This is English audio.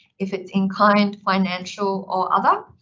if it's inclined financial or other.